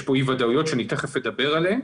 יש כאן אי ודאויות שאני תכף אדבר עליהן